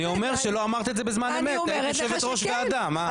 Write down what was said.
אני אומר שלא אמרת את זה בזמן אמת כי היית יושבת ראש ועדה מה.